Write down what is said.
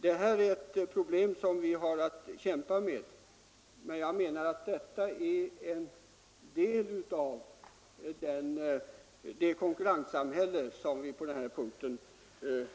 Detta är ett problem som vi har att kämpa med, och det är enligt min uppfattning en del av det konkurrenssamhälle, som vi på denna punkt